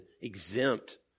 exempt